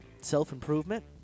self-improvement